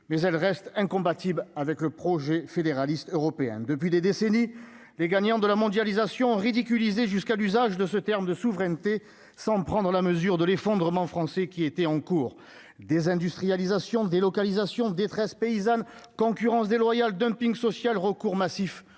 mais elles restent incompatibles avec le projet fédéraliste européen depuis des décennies, les gagnants de la mondialisation ridiculiser jusqu'à l'usage de ce terme de souveraineté sans prendre la mesure de l'effondrement français qui étaient en cours, désindustrialisation délocalisation détresse paysanne, concurrence déloyale, dumping social recours massif